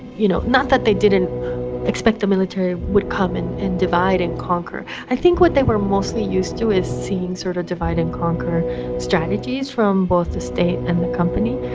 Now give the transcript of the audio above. you know, not that they didn't expect the military would come and and divide and conquer. i think what they were mostly used to is seeing sort of divide-and-conquer strategies from both the state and the company.